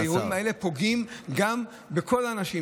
האירועים האלה פוגעים בכל האנשים,